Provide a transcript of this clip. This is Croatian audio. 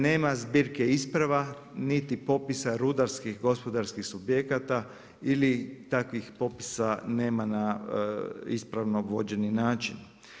Nema zbirke isprava, niti popisa rudarskih gospodarskih subjekata ili takvih popisa nema na ispravno vođeni način.